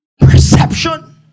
Perception